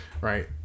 Right